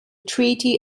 treaty